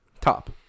Top